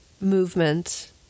movement